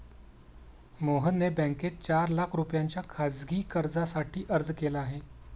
मोहनने बँकेत चार लाख रुपयांच्या खासगी कर्जासाठी अर्ज केला आहे